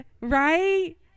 Right